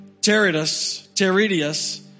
Teridius